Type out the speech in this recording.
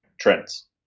trends